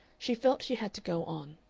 she felt she had to go on.